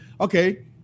okay